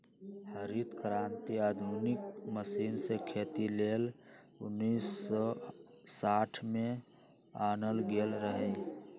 हरित क्रांति आधुनिक मशीन से खेती लेल उन्नीस सौ साठ में आनल गेल रहै